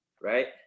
right